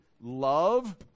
love